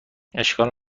اشکال